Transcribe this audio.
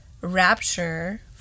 rapture